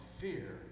fear